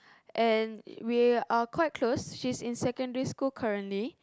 and we're quite close she's in secondary school currently